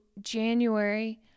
January